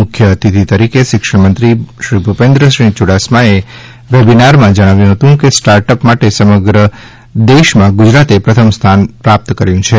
મુખ્ય અતિથી તરીકે શિક્ષણ મંત્રી શ્રી ભુપેન્દ્ર યુડાસમાએ વેબિનારમાં જણાવ્યું હતું કે સ્ટાર્ટઅપ માટે સમગ્ર દેશમાં ગુજરાતે પ્રથમ સ્થાન પ્રાપ્ત કર્યું છે